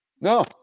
No